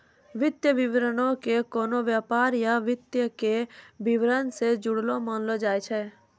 वित्तीय विवरणो के कोनो व्यापार या व्यक्ति के विबरण से जुड़लो मानलो जाय छै